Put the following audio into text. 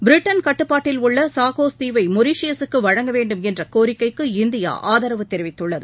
Britain கட்டுப்பாட்டில் உள்ள Chagos தீவை மொரிஷியஸூக்கு வழங்க வேண்டும் என்ற கோரிக்கைக்கு இந்தியா ஆதரவு தெரிவித்துள்ளது